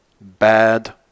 bad